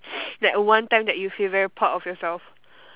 like one time that you feel very proud of yourself